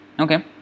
okay